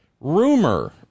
rumor